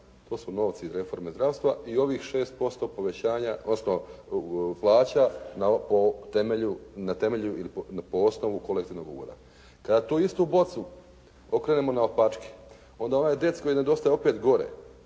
to su novci reforme zdravstva i ovih 6% povećanja plaća na temelju ili po osnovu kolektivnog ugovora. Kada tu istu bocu okrenemo naopačke onda je onaj deci koji nedostaje opet gore.